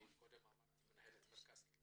אני מתקן את מה שאמרתי קודם שאת מנהלת מרכז קליטה.